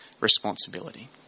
responsibility